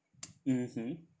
mmhmm